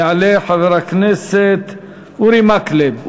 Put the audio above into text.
יעלה חבר הכנסת אורי מקלב,